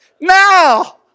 Now